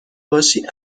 باشی